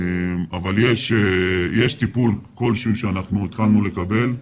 יש טיפול כלשהו שאנחנו התחלנו לקבל.